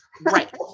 Right